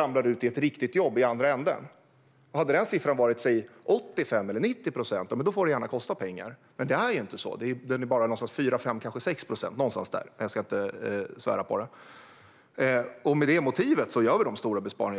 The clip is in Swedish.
hamnar i ett riktigt jobb efteråt. Jag tror att siffran är någonstans kring 5 procent. Hade siffran varit 85 eller 90 procent hade det gärna fått kosta pengar, men nu är den alltså bara 4, 5 eller 6 procent - någonstans där, men jag ska inte svära på det. Med detta som motiv gör vi stora besparingar.